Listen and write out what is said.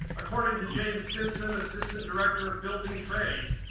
according to james simpson, assistant director of building trade,